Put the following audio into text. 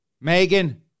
Megan